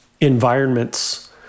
environments